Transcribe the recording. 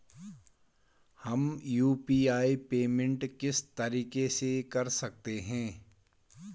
हम UPI payment किस तरीके से कर सकते हैं?